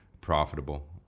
profitable